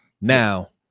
Now